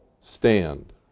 stand